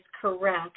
correct